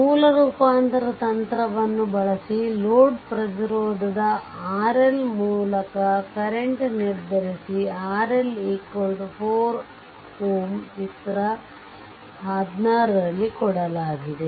ಮೂಲ ರೂಪಾಂತರ ತಂತ್ರವನ್ನು ಬಳಸಿ ಲೋಡ್ ಪ್ರತಿರೋಧದ RL ಮೂಲಕ ಕರೆಂಟ್ ನಿರ್ಧರಿಸಿ ಇಲ್ಲಿ RL 4 Ω ಚಿತ್ರ 16 ರಲ್ಲಿ ಕೊಡಲಾಗಿದೆ